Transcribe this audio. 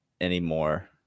anymore